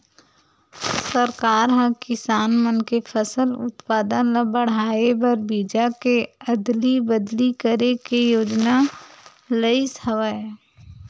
सरकार ह किसान मन के फसल उत्पादन ल बड़हाए बर बीजा के अदली बदली करे के योजना लइस हवय